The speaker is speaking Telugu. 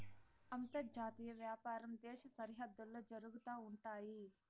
అంతర్జాతీయ వ్యాపారం దేశ సరిహద్దుల్లో జరుగుతా ఉంటయి